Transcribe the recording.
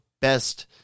best